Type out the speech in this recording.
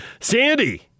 Sandy